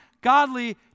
godly